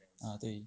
ah 对